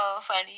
funny